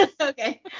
Okay